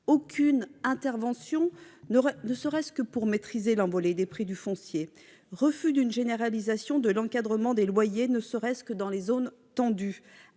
aucune intervention, pas même pour maîtriser l'envolée des prix du foncier ; refus d'une généralisation de l'encadrement des loyers, ne serait-ce dans les zones tendues